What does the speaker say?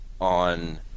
on